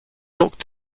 looked